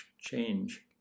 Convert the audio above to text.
change